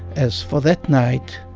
as for that night,